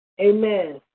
Amen